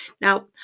now